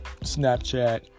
Snapchat